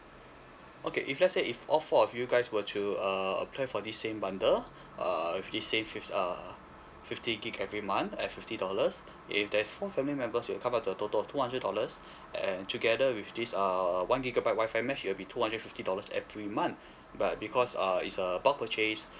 okay if let's say if all four of you guys were to uh apply for this same bundle uh if say with uh fifty gig every month at fifty dollars if there's four family members will come up to a total of two hundred dollars and together with this uh one gigabyte wi-fi mesh it will be two hundred fifty dollars every month but because err it's a bulk purchase